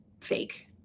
fake